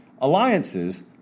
Alliances